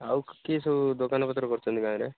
ଆଉ କିଏ ସବୁ ଦୋକାନପତ୍ର କରିଛନ୍ତି ଗାଁ'ରେ